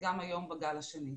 וגם היום בגל השני.